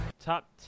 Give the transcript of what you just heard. Top